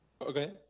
Okay